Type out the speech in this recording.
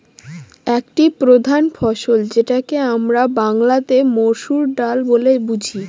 একটি প্রধান ফসল যেটাকে আমরা বাংলাতে মসুর ডাল বলে বুঝি